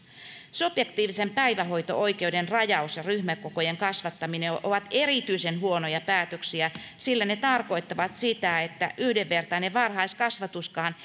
subjektiivisen päivähoito oikeuden rajaus ja ryhmäkokojen kasvattaminen ovat erityisen huonoja päätöksiä sillä ne tarkoittavat sitä että yhdenvertainen varhaiskasvatuskaan